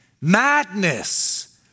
madness